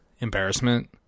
embarrassment